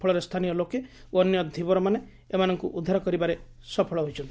ଫଳରେ ସ୍ଚାନୀୟ ଲୋକେ ଓ ଅନ୍ୟ ଧୀରବମାନେ ଏମାନଙ୍କୁ ଉଦ୍ଧାର କରିବାରେ ସଫଲ ହୋଇଛନ୍ତି